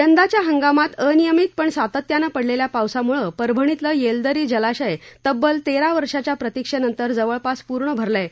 यंदाच्या हंगामात अनियमीत पण सातत्यानं पडलेल्या पावसामुळे परभणीतलं येलदरी जलाशय तब्बल तेरा वर्षाच्या प्रतिक्षेनंतर जवळपास पूर्ण भरलं आहे